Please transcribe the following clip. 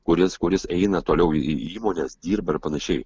kuris kuris eina toliau į įmones dirba ir panašiai